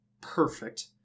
perfect